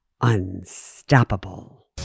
unstoppable